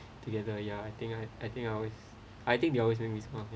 together ya I think I I think I I think they always make me smile